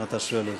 אם אתה שואל אותי.